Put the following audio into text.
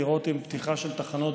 לראות אם פתיחה של תחנות,